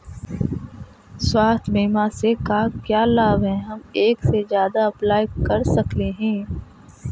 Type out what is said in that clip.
स्वास्थ्य बीमा से का क्या लाभ है हम एक से जादा अप्लाई कर सकली ही?